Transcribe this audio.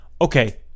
okay